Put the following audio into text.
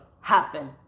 happen